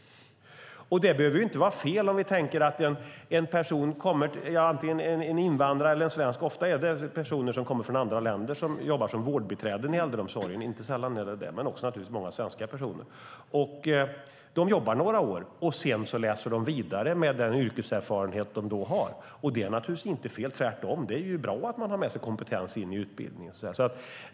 Det behöver inte vara fel. Ofta är det personer som kommer från andra länder som jobbar som vårdbiträden i äldreomsorgen. Inte sällan är det så, men det är naturligtvis också många som kommer från Sverige. De jobbar några år, och sedan läser de vidare med den yrkeserfarenhet som de då har. Det är naturligtvis inte fel. Tvärtom är det ju bra att man har med sig kompetens in i utbildningen.